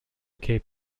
cape